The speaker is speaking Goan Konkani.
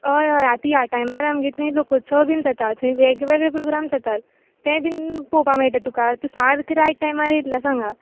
हय हय आता ह्या टायमार आमगे थंय लोकोत्सव बीन जाता थंय वेग वेगळे प्रोग्राम जातात ते बीन पळोवपा मेळटले तुका तूं सारको रायट टायमार येयल्लो आसा हांगा